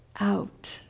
out